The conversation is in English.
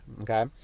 Okay